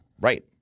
right